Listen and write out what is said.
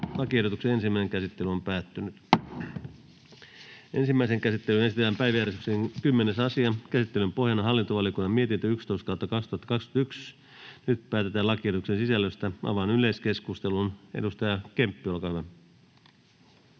pikkuisen kehittämistä vaille. — Kiitos. Ensimmäiseen käsittelyyn esitellään päiväjärjestyksen 10. asia. Käsittelyn pohjana on hallintovaliokunnan mietintö HaVM 11/2021 vp. Nyt päätetään lakiehdotuksen sisällöstä. — Avaan yleiskeskustelun. Edustaja Kemppi, olkaa hyvä.